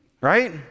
right